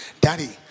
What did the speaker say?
daddy